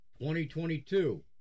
2022